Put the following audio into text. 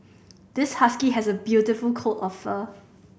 this husky has a beautiful coat of fur